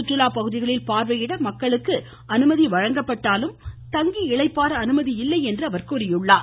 சுற்றுலா பகுதிகளில் பார்வையிட மக்களுக்கு அனுமதி வழங்கப்பட்டாலும் தங்கி இளைப்பாற அனுமதியில்லை என்று கூறினார்